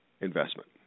investment